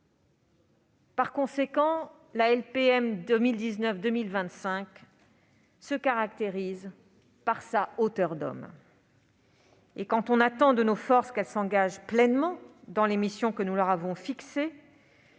précisément, la LPM 2019-2025 se caractérise par sa hauteur d'homme. Quand on attend de nos forces qu'elles s'engagent pleinement dans les missions qu'on leur a fixées,